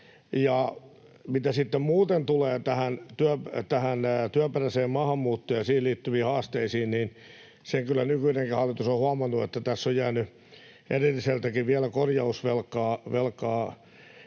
Ja mitä sitten muuten tulee tähän työperäiseen maahanmuuttoon ja siihen liittyviin haasteisiin, niin sen kyllä nykyinenkin hallitus on huomannut, että tässä on jäänyt edelliseltäkin vielä korjausvelkaa.